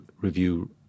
review